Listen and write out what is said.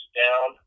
down